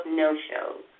no-shows